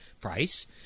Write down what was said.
price